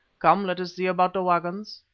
come, let us see about the waggons,